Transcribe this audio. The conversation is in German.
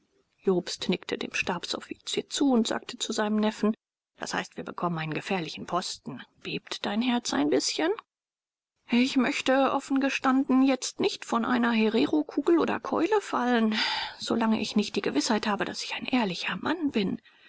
jobst nickte dem stabsoffizier zu und sagte zu seinem neffen das heißt wir bekommen einen gefährlichen posten bebt dein herz ein bißchen ich möchte offen gestanden jetzt nicht von einer hererokugel oder keule fallen solange ich nicht die gewißheit habe daß ich ein ehrlicher mann bin